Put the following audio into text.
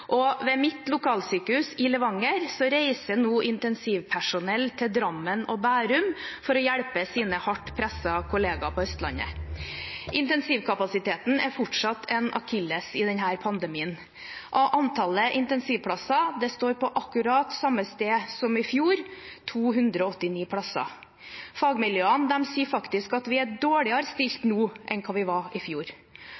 mitt lokalsykehus i Levanger reiser nå intensivpersonell til Drammen og Bærum for å hjelpe sine hardt pressede kollegaer på Østlandet. Intensivkapasiteten er fortsatt en akilleshæl i denne pandemien. Antallet intensivplasser står på akkurat samme sted som i fjor, 289 plasser. Fagmiljøene sier faktisk at vi er dårligere stilt